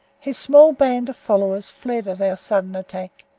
his small band of followers fled at our sudden attack,